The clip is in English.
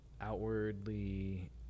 outwardly